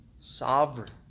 sovereign